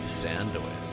sandwich